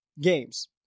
games